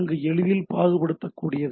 அங்கு எளிதில் பாகுபடுத்தக்கூடியது